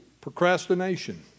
Procrastination